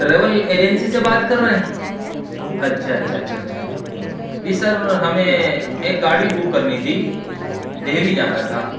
travel agency سے بات کر رہے ہیں اچھا اچھا اچھا اچھا جی سر ہمیں ایک گاڑی بک کرنی تھی دہلی جانا تھا